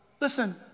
listen